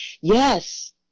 Yes